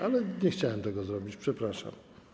Ale nie chciałem tego zrobić, przepraszam.